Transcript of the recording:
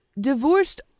divorced